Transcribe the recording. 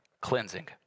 cleansing